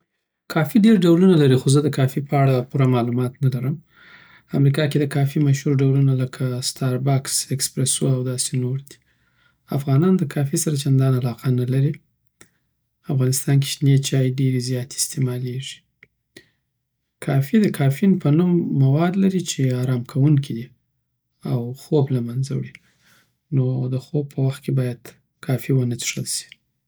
کافي ډيری ډولونه لری خو زه دکافی په اړه پوره معلومات نلرم امریکا کی د کافی مشهور ډولونه لکه ستاربکس، ایکسپرسو او داسی نور دی افغانان د کافی سره چندان علاقه نلری افغانستان کی شینی چای ډيری زیاتی استعمالیږی کافی دکافین په نوم مواد لری چی آرام کونکی دی او خوب له منځه وړی نو د خوب وخت کی باید کافی ونه څښل سی